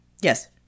Yes